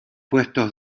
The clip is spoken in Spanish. puestos